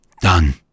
done